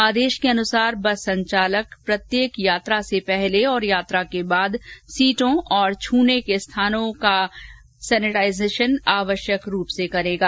आदेश के अनुसार बस संचालक द्वारा प्रत्येक यात्रा से पहले और यात्रा के बाद सीटों तथा छूने के स्थानों का सेनेटाइजेशन आवश्यक रूप से किया जायेगा